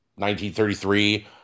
1933